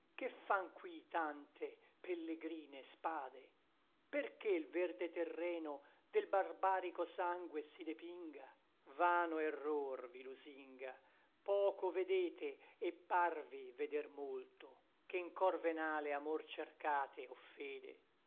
che fan qui tante pellegrine spade perché l verde terreno del barbarico sangue si depinga vano error vi lusinga poco vedete et parvi veder molto ché n cor venale amor cercate o fede